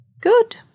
Good